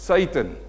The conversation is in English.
Satan